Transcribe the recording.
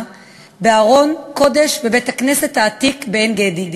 בארון קודש בבית-הכנסת העתיק בעין-גדי,